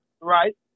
Right